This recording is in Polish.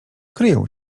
kryją